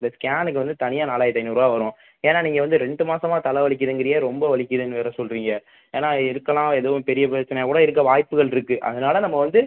இந்த ஸ்கேனுக்கு வந்து தனியாக நாலாயிரத்தி ஐந்நூறுரூவா வரும் ஏன்னா நீங்கள் வந்து ரெண்டு மாசமாக தலை வலிக்குதுங்கிறீங்க ரொம்ப வலிக்குதுன்னு வேறு சொல்லுறீங்க ஏன்னால் இதுக்கெலாம் எதுவும் பெரிய பிரச்சனையாக கூட இருக்க வாய்ப்புகள் இருக்குது அதனால நம்ம வந்து